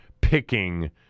picking